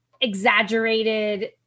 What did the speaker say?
exaggerated